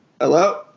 Hello